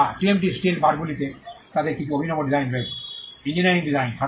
বা TMT steel বারগুলিতে তাদের কিছু অভিনব ডিজাইন রয়েছে ছাত্র ইঞ্জিনিয়ারিং ডিজাইন